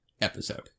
episode